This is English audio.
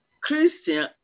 Christian